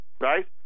Right